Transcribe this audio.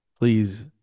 please